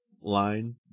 line